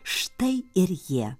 štai ir jie